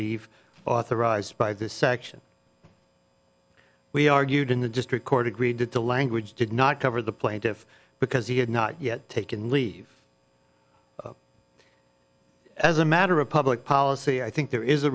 leave authorized by this section we argued in the district court agreed that the language did not cover the plaintiff because he had not yet taken leave as a matter of public policy i think there is